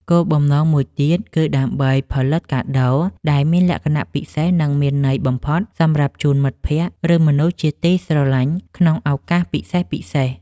គោលបំណងមួយទៀតគឺដើម្បីផលិតកាដូដែលមានលក្ខណៈពិសេស និងមានន័យបំផុតសម្រាប់ជូនមិត្តភក្តិ ឬមនុស្សជាទីស្រឡាញ់ក្នុងឱកាសពិសេសៗ។